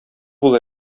бул